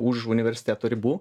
už universiteto ribų